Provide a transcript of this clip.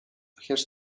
has